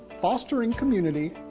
fostering community,